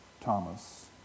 Thomas